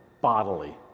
bodily